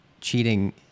cheating